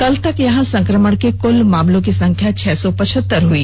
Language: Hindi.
कल तक यहां संकमण के कुल मामलों की संख्या छह सौ पचहत्तर हई